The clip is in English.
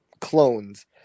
clones